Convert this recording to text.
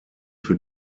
für